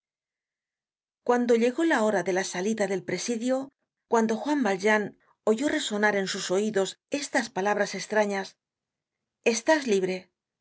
cuando llegó la hora de la salida del presidio cuando juan valjean oyó resonar en sus oidos estas palabras estrañas estas libre